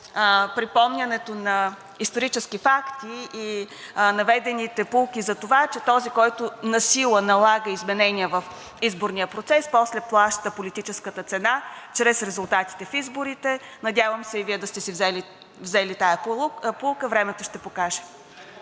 припомнянето на исторически факти и наведените поуки за това, че този, който насила налага изменения в изборния процес, после плаща политическата цена чрез резултатите от изборите, надявам се и Вие да сте си взели тази поука. Времето ще покаже.